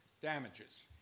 damages